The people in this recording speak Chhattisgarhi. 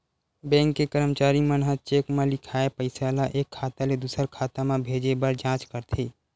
बेंक के करमचारी मन ह चेक म लिखाए पइसा ल एक खाता ले दुसर खाता म भेजे बर जाँच करथे